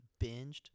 Binged